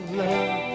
love